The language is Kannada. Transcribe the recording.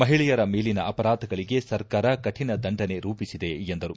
ಮಹಿಳೆಯರ ಮೇಲಿನ ಅಪರಾಧಗಳಿಗೆ ಸರ್ಕಾರ ಕಠಿಣ ದಂಡನೆ ರೂಪಿಸಿದೆ ಎಂದರು